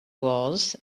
was